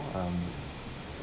um